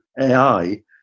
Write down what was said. AI